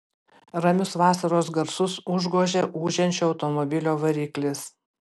ramius vasaros garsus užgožė ūžiančio automobilio variklis